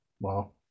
Wow